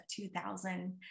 2000